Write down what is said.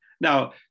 Now